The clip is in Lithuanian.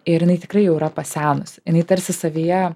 ir jinai tikrai jau yra pasenusi jinai tarsi savyje